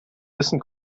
wissen